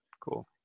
cool